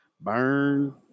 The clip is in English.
Burn